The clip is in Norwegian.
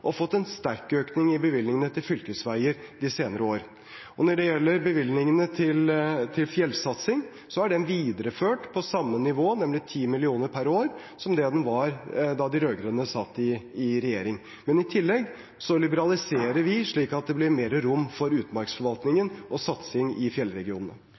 og fått en sterk økning i bevilgningene til fylkesveier de senere år. Når det gjelder bevilgningene til fjellsatsing, er den videreført på samme nivå, nemlig 10 mill. kr per år – som den var da de rød-grønne satt i regjering. I tillegg liberaliserer vi slik at det blir mer rom for utmarksforvaltningen og satsing i fjellregionene.